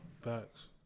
Facts